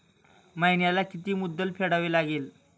महिन्याला किती मुद्दल फेडावी लागेल?